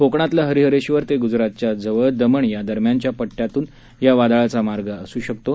कोकणातलं हरिहरेश्वर ते ग्जरातच्या जवळ दमण या दरम्यानच्या पट्ट्यातून या वादळाचा मार्ग असू शकतो